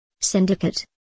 Syndicate